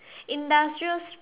industrial s~